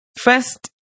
First